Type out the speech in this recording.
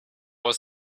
was